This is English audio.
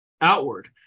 outward